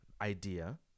idea